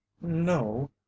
No